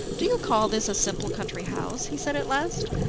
do you call this a simple country house? he said at last.